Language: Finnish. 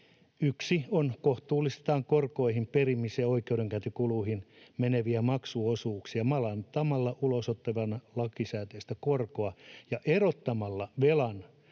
yksi on, että kohtuullistetaan korkoihin, perimis- ja oikeudenkäyntikuluihin meneviä maksuosuuksia madaltamalla ulosottokannan lakisääteistä korkoa ja erottamalla velan